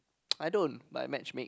I don't but I match make